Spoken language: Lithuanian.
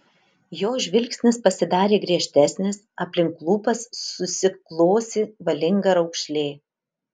jo žvilgsnis pasidarė griežtesnis aplink lūpas susiklosi valinga raukšlė